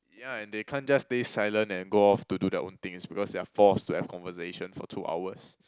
ya and they can't just stay silent and go off to do their own things because they are forced to have conversation for two hours